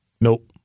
Nope